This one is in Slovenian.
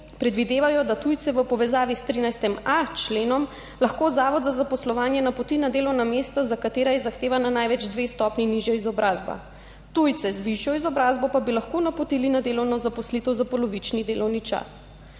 predvidevajo, da tujce v povezavi s 13.a členom lahko zavod za zaposlovanje napoti na delovna mesta, za katera je zahtevana največ dve stopnji nižja izobrazba, tujce z višjo izobrazbo pa bi lahko napotili na delovno zaposlitev za polovični delovni čas.